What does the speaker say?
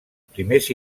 primers